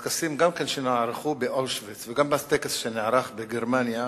גם בטקסים שנערכו באושוויץ וגם בטקס שנערך בגרמניה,